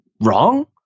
wrong